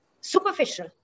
superficial